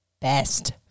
best